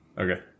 Okay